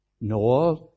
Noah